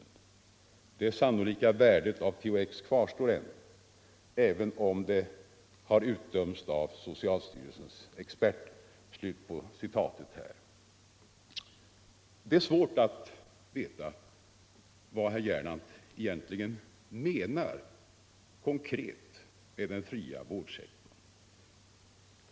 Det sannolika värdet av THX kvarstår ännu — även om det har utdömts av socialstyrelsens experter.” Det är svårt att veta vad herr Gernandt konkret avser med den fria vårdsektorn.